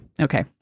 Okay